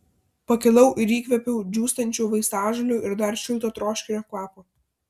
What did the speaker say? pakilau ir įkvėpiau džiūstančių vaistažolių ir dar šilto troškinio kvapo